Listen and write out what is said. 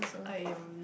I am